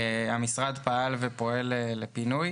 המשרד פעל ופועל לפינוי.